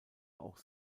auch